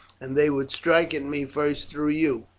and they would strike at me first through you.